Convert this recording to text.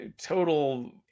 total